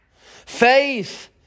Faith